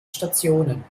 stationen